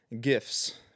gifts